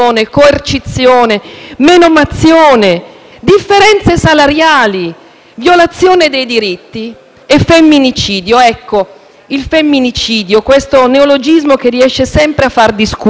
differenze salariali e violazione dei diritti, femminicidio. Ecco, il Femminicidio, questo neologismo che riesce sempre a far discutere. Consentitemi un inciso prima di entrare